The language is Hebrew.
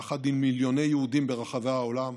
יחד עם מיליוני יהודים ברחבי העולם,